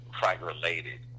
fight-related